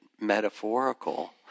metaphorical